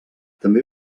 també